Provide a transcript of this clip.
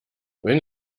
wenn